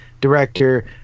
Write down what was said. director